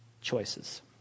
choices